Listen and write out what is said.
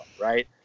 right